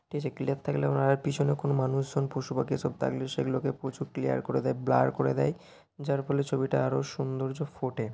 ঠিক আছে ক্লিয়ার থাকলে আপনার পিছনে কোনো মানুষজন পশুপাখি এসব থাকলে সেগুলোকে প্রচুর ক্লিয়ার করে দেয় ব্লার করে দেয় যার ফলে ছবিটা আরও সৌন্দর্য ফোটে